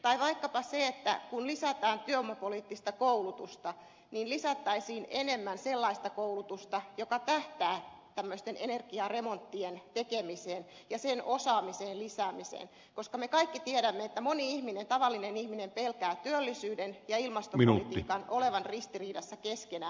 tai vaikkapa kun lisätään työvoimapoliittista koulutusta niin lisättäisiin enemmän sellaista koulutusta joka tähtää tämmöisten energiaremonttien tekemiseen ja sen osaamisen lisäämiseen koska me kaikki tiedämme että moni tavallinen ihminen pelkää työllisyyden ja ilmastopolitiikan olevan ristiriidassa keskenään